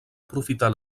aprofitar